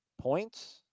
points